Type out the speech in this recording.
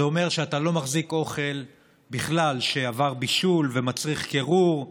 זה אומר שאתה לא מחזיק בכלל אוכל שעבר בישול ומצריך קירור,